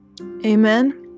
Amen